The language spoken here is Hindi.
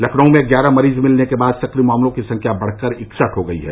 लखनऊ में ग्यारह मरीज मिलने के बाद सक्रिय मामलों की संख्या बढ़कर इकसठ हो गई है